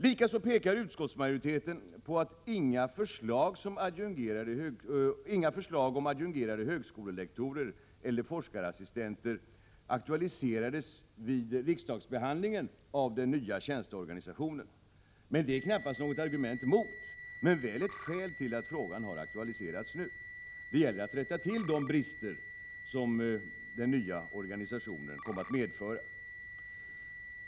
Likaså pekar utskottsmajoriteten på att inga förslag om adjungerade högskolelektorer eller forskarassistenter aktualiserades vid riksdagsbehandlingen av den nya tjänsteorganisationen. Det är knappast något argument mot ett införande av denna möjlighet — men väl ett skäl till att frågan har aktualiserats nu. Det gäller att rätta till de brister som den nya organisationen kom att medföra.